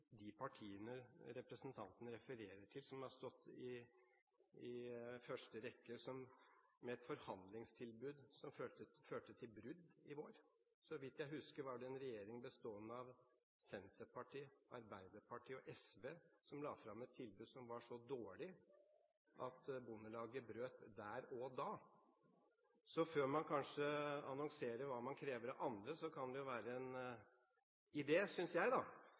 de partiene representanten refererer til, som har stått i første rekke med et forhandlingstilbud som førte til brudd i vår. Så vidt jeg husker, var det en regjering bestående av Senterpartiet, Arbeiderpartiet og SV som la fram et tilbud som var så dårlig at Bondelaget brøt der og da. Så før man annonserer hva man krever av andre, kan det jo være en idé – synes jeg da